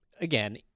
again